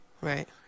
Right